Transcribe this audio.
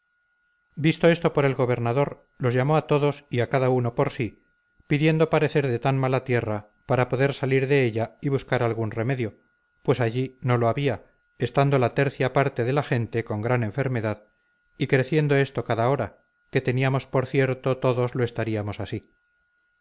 visto esto por el gobernador los llamó a todos y a cada uno por sí pidiendo parecer de tan mala tierra para poder salir de ella y buscar algún remedio pues allí no lo había estando la tercia parte de la gente con gran enfermedad y creciendo esto cada hora que teníamos por cierto todos lo estaríamos así